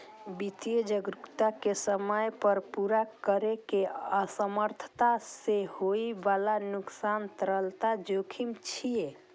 वित्तीय जरूरत कें समय पर पूरा करै मे असमर्थता सं होइ बला नुकसान तरलता जोखिम छियै